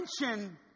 attention